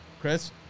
Chris